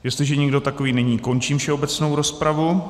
Jestliže nikdo takový není, končím všeobecnou rozpravu.